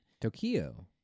Tokyo